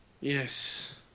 Yes